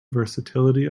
versatility